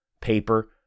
paper